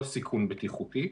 לא סיכון בטיחותי,